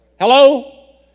Hello